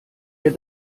ihr